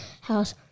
house